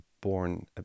born